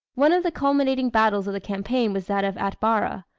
one of the culminating battles of the campaign was that of atbara,